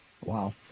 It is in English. Wow